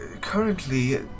Currently